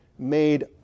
made